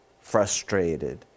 frustrated